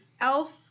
Elf